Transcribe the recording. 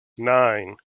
nine